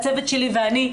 הצוות שלי ואני,